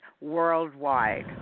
worldwide